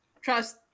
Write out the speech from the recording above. trust